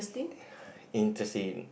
interesting